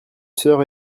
sœurs